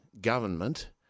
government